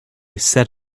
set